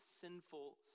sinful